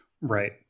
Right